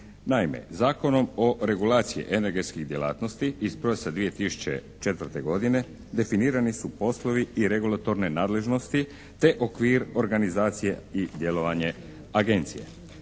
Naime, Zakonom o regulaciji energetskih djelatnosti iz prosinca 2004. godine definirani su poslovi i regulatorne nadležnosti te okvir organizacije i djelovanje agencije.